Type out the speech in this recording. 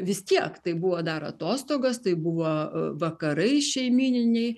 vis tiek tai buvo dar atostogos tai buvo vakarai šeimyniniai